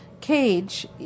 cage